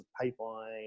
pipeline